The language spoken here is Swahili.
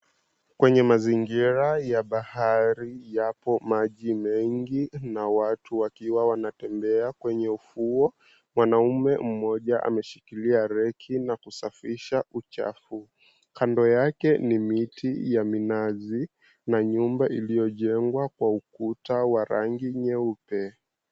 Kwenye mazingira ya bahari yako maji mengi na watu wakiwa wanatembea kwenye ufuo, mwanaume mmoja ameshikilia rake na kusafisha uchafu, kando yake ni miti ya minazi na nyumba iliyojengwa kwa ukuta wa rangi nyeupe.